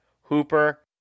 Hooper